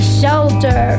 shelter